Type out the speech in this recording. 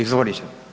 Izvolite.